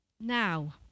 Now